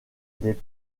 des